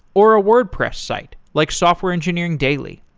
or a wordpress site, like software engineering daily.